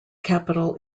capital